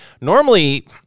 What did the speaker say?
normally